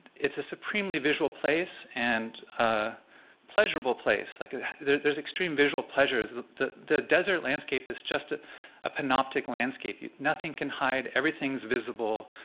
it's a supremely visual place and a pleasurable place, like there's extreme visual pleasures. the the desert landscape is just ah a panoptic landscape. nothing can hide. everything's visible.